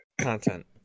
Content